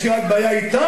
יש לי רק בעיה אתנו,